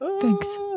Thanks